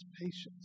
patience